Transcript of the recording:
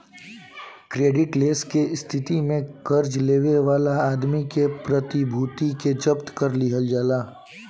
credit less के स्थिति में कर्जा लेवे वाला आदमी के प्रतिभूति के जब्त कर लिहल जाला